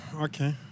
okay